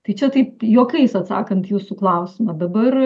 tai čia taip juokais atsakant į jūsų klausimą dabar